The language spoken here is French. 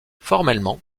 formellement